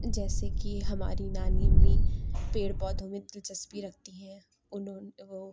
جیسے کہ ہماری نانی امّی پیڑ پودھوں میں دِلچسپی رکھتی ہیں اُنہوں وہ